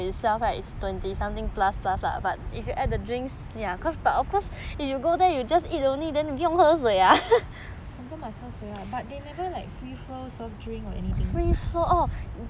confirm must 喝水 lah but they never like free flow soft drinks or anything